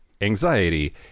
anxiety